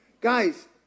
Guys